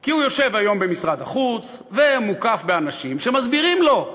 כי הוא יושב היום במשרד החוץ ומוקף באנשים שמסבירים לו,